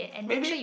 maybe